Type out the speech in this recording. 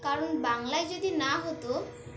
কারণ বাংলায় যদি না হতো